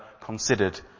considered